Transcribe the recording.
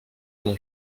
mon